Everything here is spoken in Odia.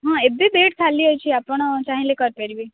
ହଁ ଏବେ ବେଡ୍ ଖାଲି ଅଛି ଆପଣ ଚାହିଁଲେ କରିପାରିବେ